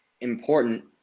important